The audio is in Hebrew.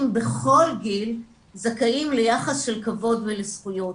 בכל גיל זכאים ליחס של כבוד ולזכויות.